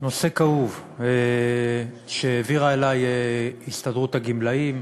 כאוב שהעבירה אלי הסתדרות הגמלאים.